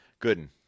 Gooden